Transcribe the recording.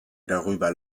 darüber